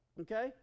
Okay